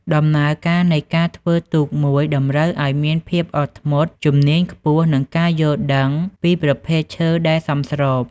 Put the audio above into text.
ដំណើរការនៃការធ្វើទូកមួយតម្រូវឲ្យមានភាពអត់ធ្មត់ ជំនាញខ្ពស់ និងការយល់ដឹងពីប្រភេទឈើដែលសមស្រប។